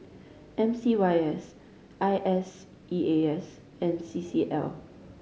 M C Y S I S E A S and C C L